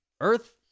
Earth